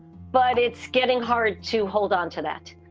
but it's getting hard to hold on to that.